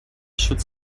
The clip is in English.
should